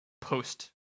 post